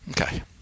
Okay